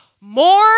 more